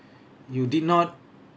you did not